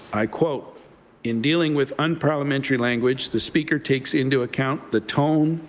i quote in dealing with unparliamentary language the speaker takes into account the tone,